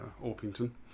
Orpington